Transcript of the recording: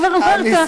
כבר אמרת.